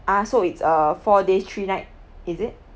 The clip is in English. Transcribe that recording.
ah so it's a four days three night is it